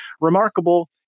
remarkable